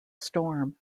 storm